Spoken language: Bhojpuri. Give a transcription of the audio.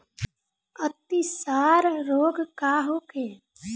अतिसार रोग का होखे?